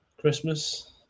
Christmas